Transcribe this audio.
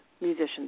musicians